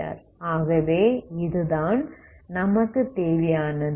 ஆகவே இது தான் நமக்கு தேவையானது